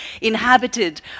inhabited